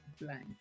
Blank